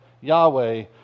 Yahweh